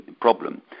problem